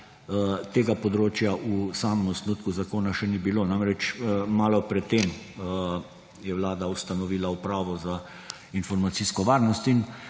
tega področja v samem osnutku zakona še ni bilo. Namreč, malo pred tem je Vlada ustanovila Upravo za informacijsko varnost in